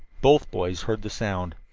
both boys heard the sound.